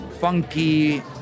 funky